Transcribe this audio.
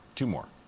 two more.